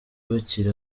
bakiri